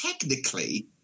technically